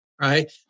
right